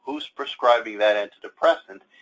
who is prescribing that antidepressant?